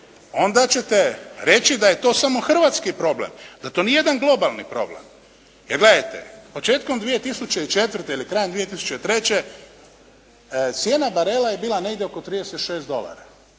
onda ćete reći da je to samo hrvatski problem, da to nije jedan globalni problem. Jer gledajte, početkom 2004. ili krajem 2003. cijena barela je bila negdje oko 36 dolara.